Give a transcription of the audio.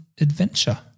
Adventure